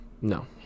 No